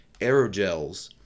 aerogels